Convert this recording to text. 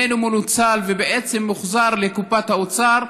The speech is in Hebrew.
איננו מנוצל ובעצם מוחזר לקופת האוצר,